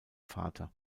vater